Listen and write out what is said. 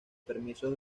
permisos